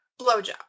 Blowjob